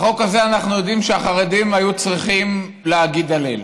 על החוק הזה אנחנו יודעים שהחרדים היו צריכים להגיד הלל,